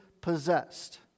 possessed